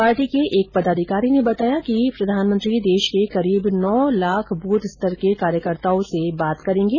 party के एक पदाधिकारी ने बताया कि प्रधानमंत्री देशभर के करीब नौ लाख बूथ स्तर के कार्यकर्ताओं से बात करेंगे